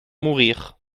mourir